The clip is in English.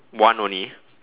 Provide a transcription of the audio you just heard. one only